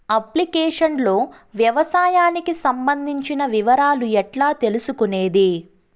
Application లో వ్యవసాయానికి సంబంధించిన వివరాలు ఎట్లా తెలుసుకొనేది?